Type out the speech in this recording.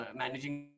managing